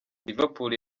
liverpool